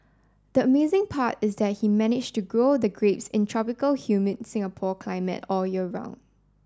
the amazing part is that he managed to grow the grapes in tropical humid Singapore climate all year round